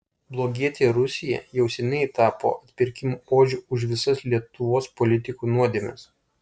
blogietė rusija jau seniai tapo atpirkimo ožiu už visas lietuvos politikų nuodėmes